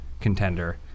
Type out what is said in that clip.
contender